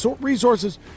resources